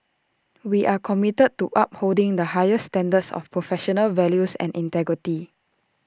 we are committed to upholding the highest standards of professional values and integrity